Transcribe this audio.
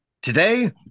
Today